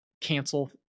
cancel